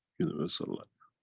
universal and